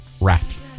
rat